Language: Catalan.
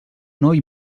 noi